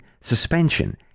suspension